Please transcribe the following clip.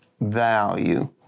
value